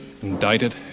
Indicted